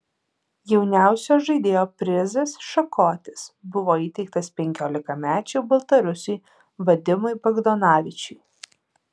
jauniausio žaidėjo prizas šakotis buvo įteiktas penkiolikmečiui baltarusiui vadimui bogdanovičiui